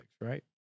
right